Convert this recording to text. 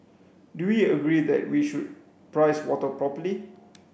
do we agree that we should price water properly